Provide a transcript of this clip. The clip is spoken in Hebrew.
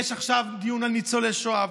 יש עכשיו דיון על ניצולי שואה,